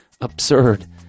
Absurd